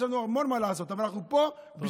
יש לנו המון מה לעשות, אבל אנחנו פה, תודה.